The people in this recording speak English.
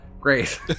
Great